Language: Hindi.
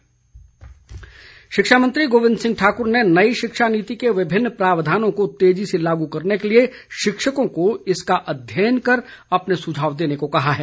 गोविंद ठाकुर शिक्षा मंत्री गोविंद सिंह ठाकुर ने नई शिक्षा नीति के विभिन्न प्रावधानों को तेजी से लागू करने के लिए शिक्षकों को इसका अध्ययन कर अपने सुझाव देने को कहा है